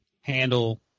handle